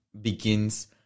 begins